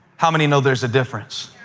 how many know there's a difference?